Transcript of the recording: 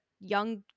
young